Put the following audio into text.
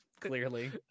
Clearly